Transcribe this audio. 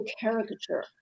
caricature